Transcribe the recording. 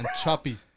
Choppy